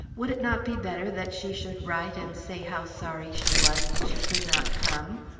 would it not be better that she should write and say how sorry she was that she could not come?